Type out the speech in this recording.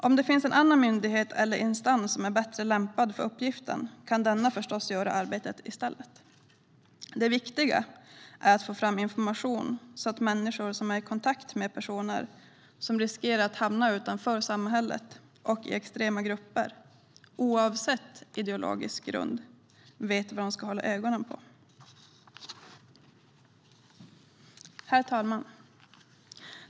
Om det finns en annan myndighet eller instans som är bättre lämpad för uppgiften kan denna förstås göra arbetet i stället. Det viktiga är att få fram information så att människor som är i kontakt med personer som riskerar att hamna utanför samhället och i extrema grupper, oavsett ideologisk grund, vet vad de ska hålla ögonen på. Herr talman!